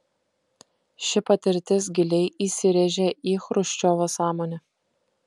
ši patirtis giliai įsirėžė į chruščiovo sąmonę